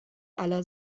aller